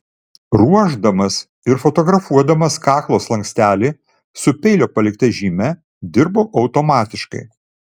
ruošdamas ir fotografuodamas kaklo slankstelį su peilio palikta žyme dirbau automatiškai